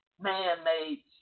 man-made